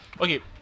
okay